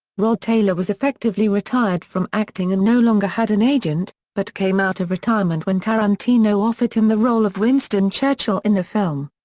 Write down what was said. rod taylor was effectively retired from acting and no longer had an agent, but came out of retirement when tarantino offered him the role of winston churchill in the film.